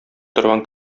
торган